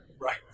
right